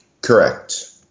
correct